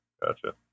Gotcha